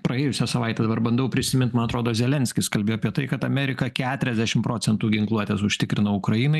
praėjusią savaitę dabar bandau prisimint man atrodo zelenskis kalbėjo apie tai kad amerika keturiasdešim procentų ginkluotės užtikrino ukrainai